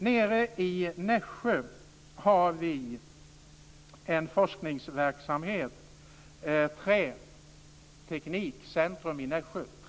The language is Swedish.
Nere i Nässjö har vi en forskningsverksamhet, Träcentrum Nässjö.